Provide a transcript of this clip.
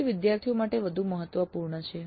તે વિદ્યાર્થીઓ માટે વધુ મહત્વપૂર્ણ છે